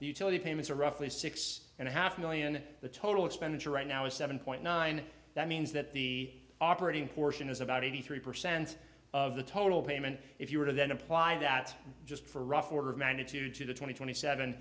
utility payments are roughly six and a half million the total expenditure right now is seven point nine that means that the operating portion is about eighty three percent of the total payment if you were to then apply that just for a rough order of magnitude to twenty twenty seven